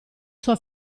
sua